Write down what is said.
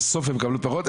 בסוף הן מקבלות פחות,